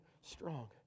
strong